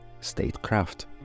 statecraft